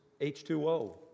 H2O